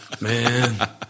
Man